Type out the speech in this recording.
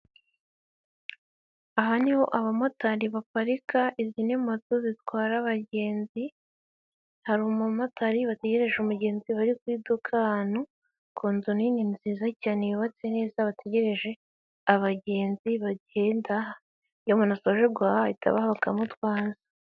Aha ni ho abamotari baparika, izi ni moto zitwara abagenzi, hari umumotari wategereje umugenzi waje ku iduka ahantu ku nzu nini nziza cyane yubatse neza, bategereje abagenzi bagenda, iyo umuntu asoje guhaha ahita abaha bakamutwaza.